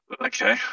Okay